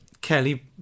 Kelly